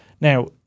Now